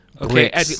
Okay